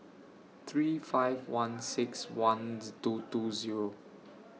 three five one six one two two Zero